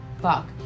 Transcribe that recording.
fuck